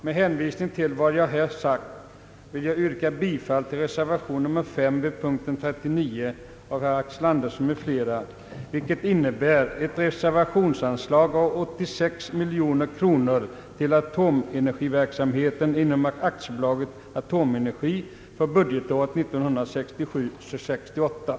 Med hänvisning till det sagda vill jag yrka bifall till reservationen av herr Axel Andersson m.fl. vid punkten 39, vilket innebär ett anslag av 86 miljoner kronor till atomenergiverksamheten inom AB Atomenergi för budgetåret 1967/68.